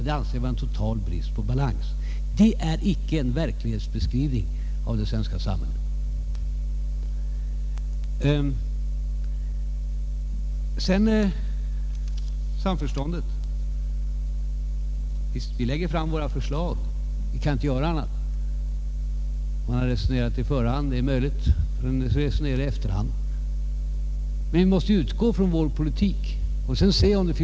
Det anser jag vara en total brist på balans. Det är icke en verklighetsbeskrivning av det svenska samhället. Så några ord om samförståndet. Visst lägger vi fram våra förslag — vi kan inte göra annat. Det är möjligt att man har resonerat på förhand, och man får fortsätta att resonera i efterhand. Men vi måste utgå ifrån vår politik.